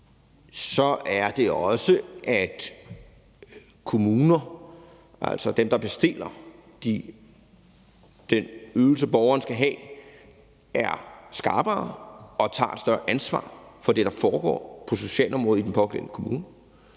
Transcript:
Så er det også, at en kommune, altså dem, der bestiller den ydelse, borgeren skal have, skal være skarpere og tage et større ansvar for det, der foregår på socialområdet i den pågældende kommune.